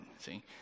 see